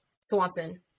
Swanson